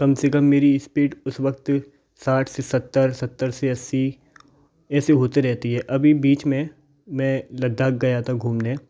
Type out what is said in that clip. कम से कम मेरी स्पीड उस वक़्त साठ से सत्तर सत्तर से अस्सी ऐसे होते रहती है अभी बीच में मैं लद्दाख़ गया था घूमने